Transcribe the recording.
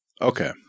Okay